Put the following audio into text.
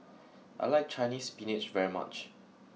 I like Chinese spinach very much